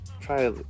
try